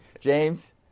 James